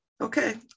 okay